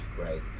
Right